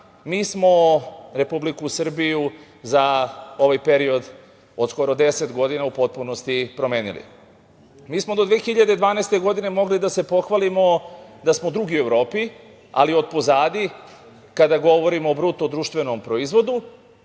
mi smo Republiku Srbiju za ovaj period od skoro deset godina u potpunosti promenili. Mi smo do 2012. godine mogli da se pohvalimo da smo drugi u Evropi, ali otpozadi, kada govorimo o BDP-u, a danas možemo